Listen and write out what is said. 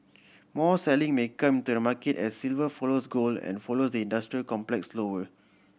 more selling may come to the market as silver follows gold and follows the industrial complex lower